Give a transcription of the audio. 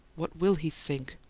what will he think?